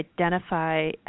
identify